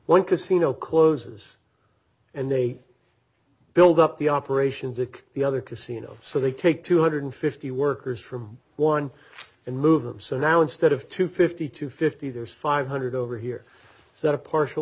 one casino closes and they build up the operations of the other casino so they take two hundred fifty workers from one and move them so now instead of two fifty to fifty there's five hundred over here so that a partial